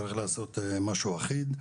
צריך לעשות משהו אחיד,